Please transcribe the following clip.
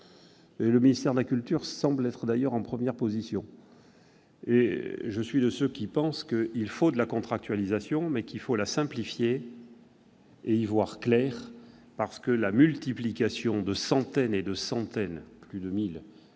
le ministère de la culture semblant même être en première position. Je suis de ceux qui pensent qu'il faut de la contractualisation, mais qu'il faut la simplifier pour y voir clair. Parce que la multiplication de centaines et de centaines- plus de 1